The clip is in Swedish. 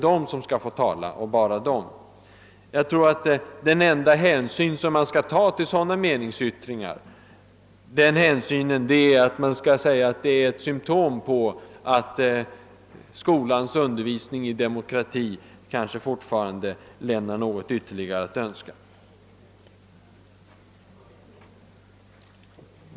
Den enda hänsyn man bör ta till sådana meningsyttringar är att notera, att de utgör ett symtom på att skolans undervisning i demokrati fortfarande lämnar en del ytterligare att önska.